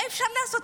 מה אפשר לעשות?